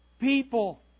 people